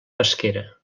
pesquera